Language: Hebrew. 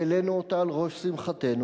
העלינו אותה על ראש שמחתנו.